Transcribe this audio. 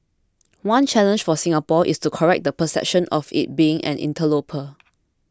one challenge for Singapore is to correct the perception of it being an interloper